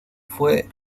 fue